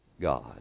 God